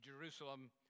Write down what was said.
Jerusalem